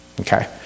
Okay